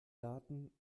daten